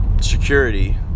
security